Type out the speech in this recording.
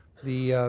the